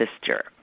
sister